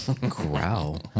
growl